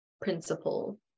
Principle